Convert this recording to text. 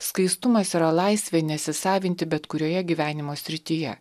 skaistumas yra laisvė nesisavinti bet kurioje gyvenimo srityje